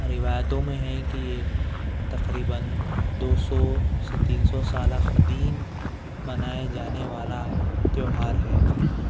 روایتوں میں ہے کہ یہ تقریبا دو سو سے تین سو سالہ قدیم منائے جانے والا تیوہار ہے